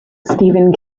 stephen